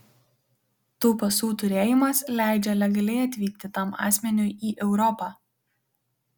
tų pasų turėjimas leidžia legaliai atvykti tam asmeniui į europą